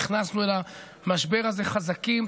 נכנסנו למשבר הזה חזקים,